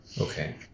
Okay